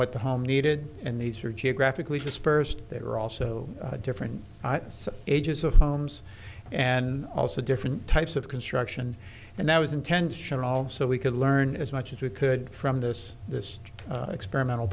what the home needed and these are geographically dispersed there are also different ages of homes and also different types of construction and that was intentional so we could learn as much as we could from this this experimental